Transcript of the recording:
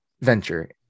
venture